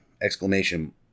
exclamation